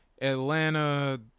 Atlanta